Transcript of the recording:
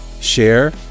share